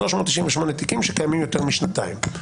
שישנם כ-398 שקיימים יותר משנתיים.